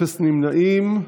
אפס נמנעים.